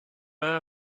yma